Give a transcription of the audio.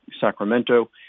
Sacramento